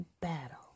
battle